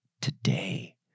today